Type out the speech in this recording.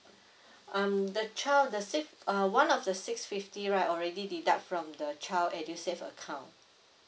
um the child the six uh one of the six fifty right already deduct from the child edusave account